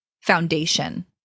foundation